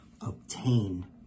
obtain